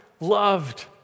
loved